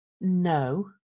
no